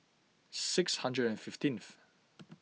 six hundred and fifteenth